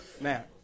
Matt